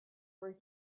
were